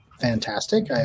fantastic